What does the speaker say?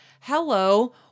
hello